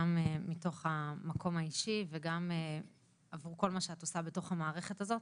גם מתוך המקום האישי וגם עבור כל מה שאת עושה בתוך המערכת הזו.